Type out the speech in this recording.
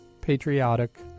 patriotic